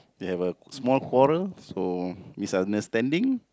they have a small quarrel so it's understanding